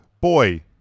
Boy